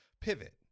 pivot